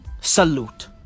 salute